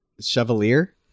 Chevalier